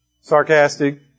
sarcastic